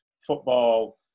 football